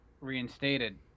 reinstated